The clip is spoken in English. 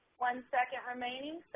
one second remaining,